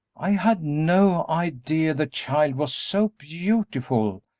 i had no idea the child was so beautiful,